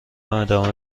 ادامه